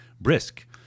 brisk